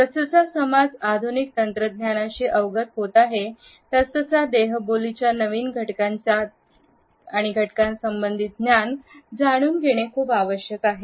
जसजसा समाज आधुनिक तंत्रज्ञानाशी अवगत होत आहे तसा देहबोली च्या नवीन घटकांची ज्ञान जाणून घेणे खूप आवश्यक आहे